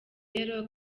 rero